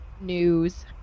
news